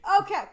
Okay